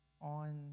on